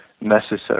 necessary